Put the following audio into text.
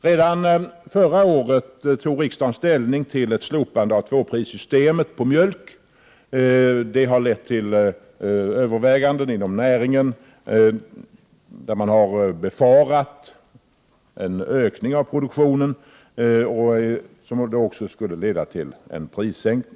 Redan förra året tog riksdagen ställning till ett slopande av tvåprissystemet när det gäller mjölk. I och med detta har man inom näringen övervägt faran av en ökning av produktionen, som då också skulle leda till en prissänkning.